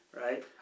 Right